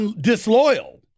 disloyal